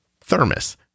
thermos